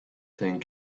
thing